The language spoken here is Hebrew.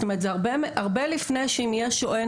זאת אומרת הרבה לפני אם יש או אין